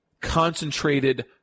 concentrated